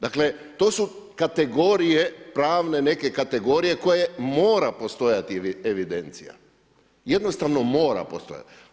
Dakle to su kategorije, pravne neke kategorije koje mora postojati evidencija, jednostavno mora postojati.